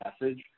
message